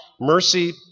mercy